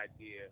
idea